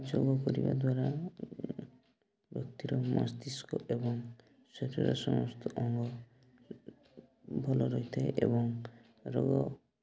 ଯୋଗ କରିବା ଦ୍ୱାରା ବ୍ୟକ୍ତିର ମସ୍ତିଷ୍କ ଏବଂ ଶରୀରର ସମସ୍ତ ଅଙ୍ଗ ଭଲ ରହିଥାଏ ଏବଂ ରୋଗ